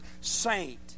saint